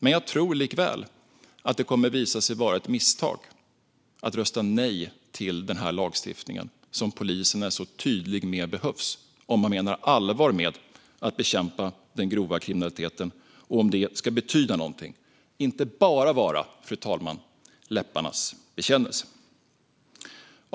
Men jag tror likväl att det kommer att visa sig vara ett misstag att rösta nej till den här lagstiftningen, som polisen är så tydlig med behövs, om man menar allvar med att bekämpa den grova kriminaliteten och om det ska betyda någonting, fru talman, och inte bara vara läpparnas bekännelse.